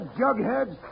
jugheads